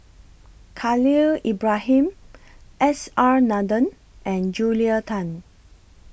Khalil Ibrahim S R Nathan and Julia Tan